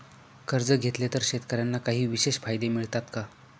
कर्ज घेतले तर शेतकऱ्यांना काही विशेष फायदे मिळतात का?